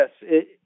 Yes